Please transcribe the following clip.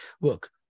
look